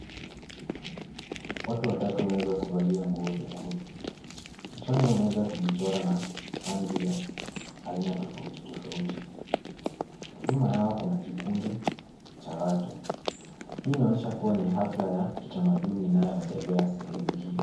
Watu waatu wameweza kuvalia nguo nyekundu. Kichwani wameweza kujichora na rangi za aina tofauti tofauti. Nyumayao kuna kikundi cha watu. Hii inaonyesha kuwa ni hafla ya kitamaduni inayoendelea sehemu hiyo.